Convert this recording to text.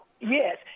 yes